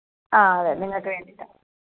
ആഹ് അതെ നിങ്ങൾക്ക് വേണ്ടിയിട്ടാ